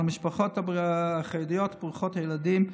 על המשפחות החרדיות ברוכות הילדים,